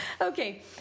Okay